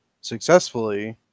successfully